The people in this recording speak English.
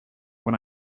when